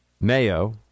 mayo